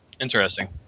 interesting